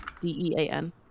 D-E-A-N